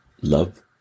love